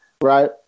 Right